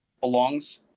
belongs